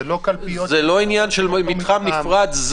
זה לא עניין של מתחם נפרד,